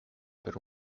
per